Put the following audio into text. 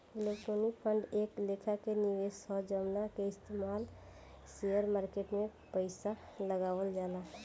equity fund एक लेखा के निवेश ह जवना के इस्तमाल शेयर मार्केट में पइसा लगावल जाला